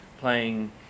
playing